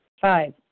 Five